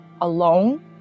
alone